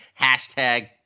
Hashtag